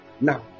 Now